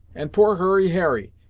and poor hurry harry,